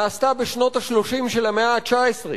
נעשתה בשנות ה-30 של המאה ה-19,